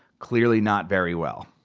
clearly not very well.